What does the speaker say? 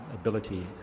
ability